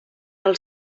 del